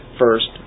first